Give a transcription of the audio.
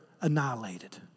annihilated